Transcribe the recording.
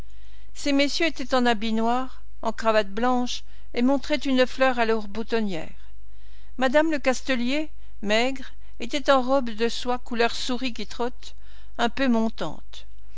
ces messieurs étaient en habit noir en cravate blanche et montraient une fleur à leur boutonnière madame lecastelier maigre était en robe de soie couleur souris qui trotte un peu montante